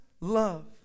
love